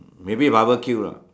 maybe barbecue lah